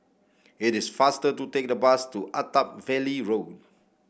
it is faster to take the bus to Attap Valley Road